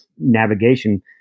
navigation